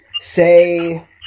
say